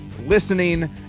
listening